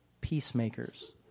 peacemakers